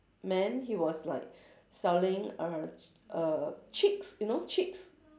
man he was like selling err err chicks you know chicks